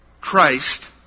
Christ